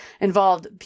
involved